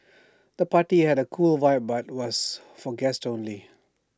the party had A cool vibe but was for guests only